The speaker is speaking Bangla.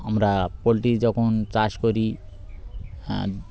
আমরা পোল্ট্রি যখন চাষ করি হ্যাঁ